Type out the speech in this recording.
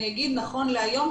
אני אגיד נכון להיום,